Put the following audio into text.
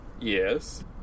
Yes